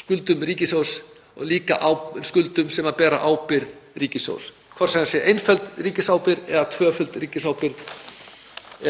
skuldum ríkissjóðs og líka á skuldum sem bera ábyrgð ríkissjóðs, hvort sem það er einföld ríkisábyrgð eða tvöföld ríkisábyrgð